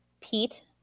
Pete